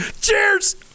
Cheers